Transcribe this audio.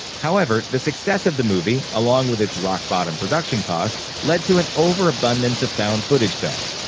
however, the success of the movie, along with its rock-bottom production costs, led to an overabundance of found-footage films.